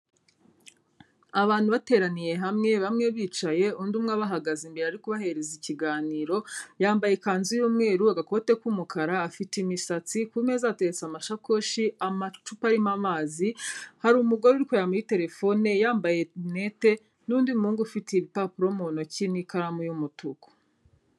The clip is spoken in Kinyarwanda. Abantu bateraniye hamwe, bamwe bicaye, undi umwe abahagaze imbere ari kubahereza ikiganiro, yambaye ikanzu y'umweru, agakote k'umukara, afite imisatsi, ku meza hateretse amashakoshi, amacupa arimo amazi, hari umugore uri kureba muri terefone, yambaye lunette, n'undi muhungu ufite ibipapuro mu ntoki n'ikaramu y'umutuku.